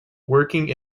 working